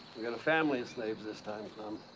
we got a family of slaves this time, clem.